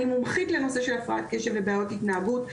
אני מומחית לנושא של הפרעת קשב ובעיות התנהגות,